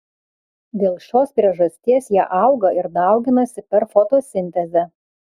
dėl šios priežasties jie auga ir dauginasi per fotosintezę